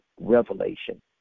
revelation